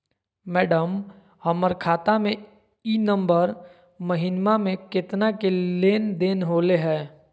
madam, हमर खाता में ई नवंबर महीनमा में केतना के लेन देन होले है